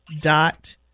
dot